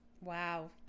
Wow